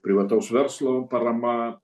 privataus verslo parama